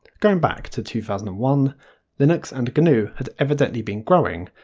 going back to two thousand and one linux and gnu had evidently been growing,